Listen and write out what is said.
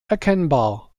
erkennbar